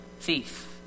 thief